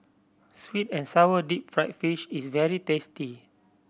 sweet and sour deep fried fish is very tasty